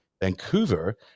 Vancouver